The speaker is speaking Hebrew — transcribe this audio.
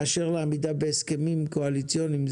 באשר לעמידה בהסכמים קואליציוניים,